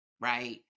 right